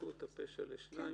ופשעים חמורים.